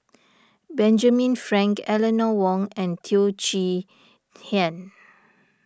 Benjamin Frank Eleanor Wong and Teo Chee Hean